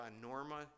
Norma